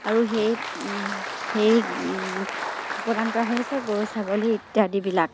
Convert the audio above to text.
আৰু সেই সেই প্ৰদান কৰা হৈছে গৰু ছাগলী ইত্যাদিবিলাক